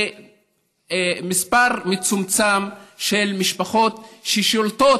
זה מספר מצומצם של משפחות ששולטות,